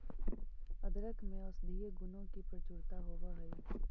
अदरक में औषधीय गुणों की प्रचुरता होवअ हई